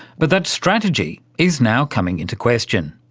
but that strategy is now coming into question.